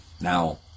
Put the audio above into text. Now